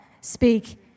speak